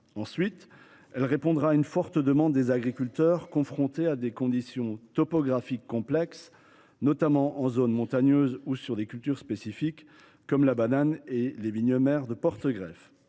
Ensuite, elle répondra à une demande forte des agriculteurs confrontés à des conditions topographiques complexes, notamment en zones montagneuses ou sur des cultures spécifiques, comme la banane et les vignes mères porte greffes.